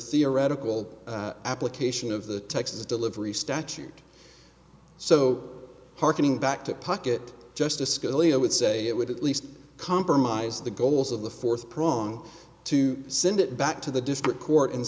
theoretical application of the texas delivery statute so harkening back to pocket justice scalia would say it would at least compromise the goals of the fourth prong to send it back to the district court and